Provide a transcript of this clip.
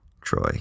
Troy